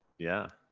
yeah,